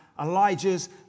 Elijah's